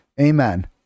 Amen